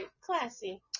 Classy